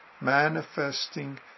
manifesting